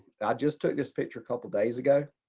just took this picture couple days ago.